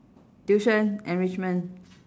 tuition enrichment